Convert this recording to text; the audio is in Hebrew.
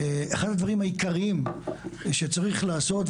אחד הדברים העיקריים שצריך לעשות,